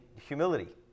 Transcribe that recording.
humility